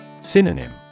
Synonym